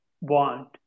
want